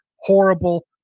horrible